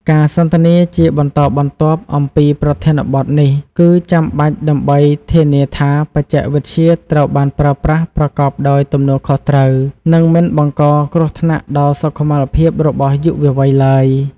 ការសន្ទនាជាបន្តបន្ទាប់អំពីប្រធានបទនេះគឺចាំបាច់ដើម្បីធានាថាបច្ចេកវិទ្យាត្រូវបានប្រើប្រាស់ប្រកបដោយទំនួលខុសត្រូវ និងមិនបង្កគ្រោះថ្នាក់ដល់សុខុមាលភាពរបស់យុវវ័យឡើយ។